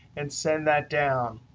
and send that down.